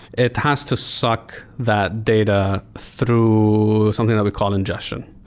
it has to suck that data through something that we call ingestion.